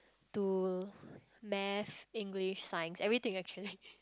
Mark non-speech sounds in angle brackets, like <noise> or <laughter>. to math English science everything actually <laughs>